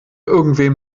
irgendwem